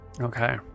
okay